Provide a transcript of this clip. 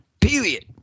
period